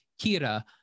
Kira